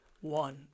one